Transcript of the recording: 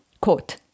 quote